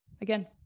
again